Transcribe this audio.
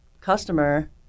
customer